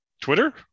Twitter